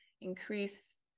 increase